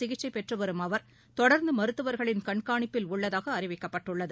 சிகிச்சைபெற்றுவரும் சென்னையில் அவர் தொடர்ந்துமருத்துவர்களின் கண்காணிப்பில் உள்ளதாகஅறிவிக்கப்பட்டுள்ளது